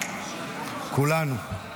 כולנו.